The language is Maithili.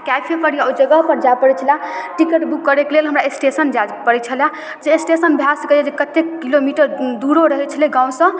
कैफेपर या ओइ जगहपर जाइ पड़य छलै टिकट बुक करयके लेल हमरा स्टेशन जाइ पड़य छलै जे स्टेशन भए सकय यऽ जे कतेक किलो मीटर दूरो रहय छलै गाँवसँ